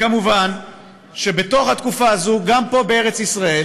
מובן שבתקופה הזאת גם פה בארץ ישראל,